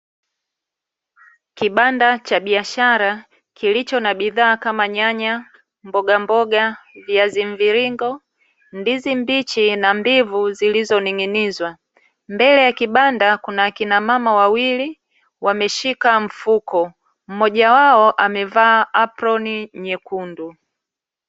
Kibanda cha biashara kilicho na bidhaa kama: nyanya, mbogamboga, viazi mviringo, ndizi mbichi na mbivu zilizoning'inizwa. Mbele ya kibanda kuna wakina mama wawili wameshika mfuko, mmoja wao amevaa aproni nyekundu.